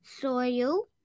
soil